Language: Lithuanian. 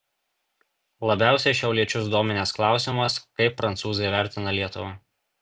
labiausiai šiauliečius dominęs klausimas kaip prancūzai vertina lietuvą